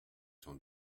sans